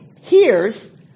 hears